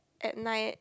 at night